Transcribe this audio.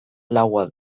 laua